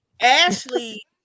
Ashley